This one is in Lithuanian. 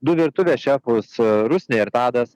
du virtuvės šefus rusnė ir tadas